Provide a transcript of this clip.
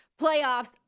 playoffs